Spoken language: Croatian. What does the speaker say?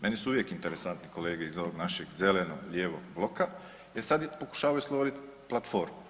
Meni su uvijek interesantni kolege iz ovog našeg Zelenog lijevog bloka, e sad pokušavaju stvorit platformu.